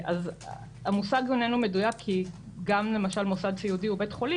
אז המושג איננו מדויק כי גם מוסד סיעודי למשל הוא בית חולים.